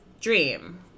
Dream